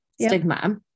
stigma